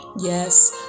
yes